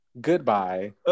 goodbye